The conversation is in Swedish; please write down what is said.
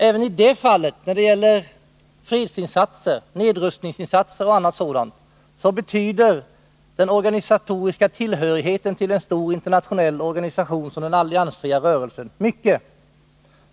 Även i det fallet — när det gäller fredsinsatser, nedrustningsinsatser och annat sådant — betyder den organisatoriska tillhörigheten till en stor internationell organisation som den alliansfria rörelsen oerhört mycket.